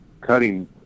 cutting